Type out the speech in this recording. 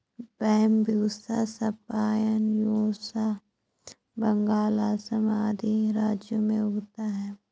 Bambusa spinosa Bengal, Assam आदि राज्यों में उगता है